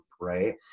Right